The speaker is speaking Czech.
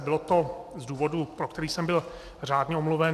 Bylo to z důvodu, pro který jsem byl řádně omluven.